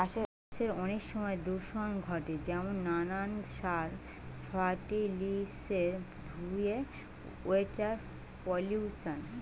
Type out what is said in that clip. চাষে অনেক সময় দূষণ ঘটে যেমন নানান সার, ফার্টিলিসের ধুয়ে ওয়াটার পলিউশন